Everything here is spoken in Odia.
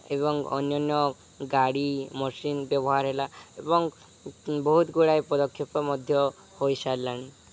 ଏବଂ ଅନ୍ୟାନ୍ୟ ଗାଡ଼ି ମସିନ୍ ବ୍ୟବହାର ହେଲା ଏବଂ ବହୁତ ଗୁଡ଼ାଏ ପଦକ୍ଷେପ ମଧ୍ୟ ହୋଇସାରିଲାଣି